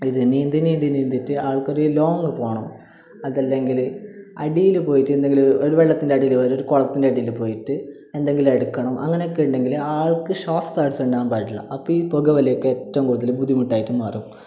ഇത് നീന്തി നീന്തി നീന്തിയിട്ട് ആൾക്കൊര് ലോങ്ങ് പോകണം അതല്ലെങ്കില് അടിയില് പോയിട്ട് എന്തെങ്കിലും ഒര് വെള്ളത്തിൻ്റെ അടിയില് വേറെ ഒരു കുളത്തിൻ്റെ അടിയില് പോയിട്ട് എന്തെങ്കിലും എടുക്കണം അങ്ങനെ ഒക്കെ ഉണ്ടെങ്കില് ആൾക്ക് ശ്വാസതടസ്സം ഉണ്ടാകാൻ പാടില്ല അപ്പോൾ ഈ പുകവലി ഒക്കെ ഏറ്റവും കൂടുതൽ ബുദ്ധിമുട്ടായിട്ട് മാറും